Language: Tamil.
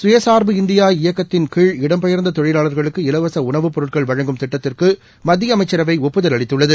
சுயசா்பு இந்தியா இயக்கத்தின் கீழ் இடம்பெயர்ந்த தொழிலாளர்களுக்கு இலவச உணவுப் பொருட்கள் வழங்கும் திட்டத்திற்கு மத்திய அமைச்சரவை ஒப்புதல் அளித்துள்ளது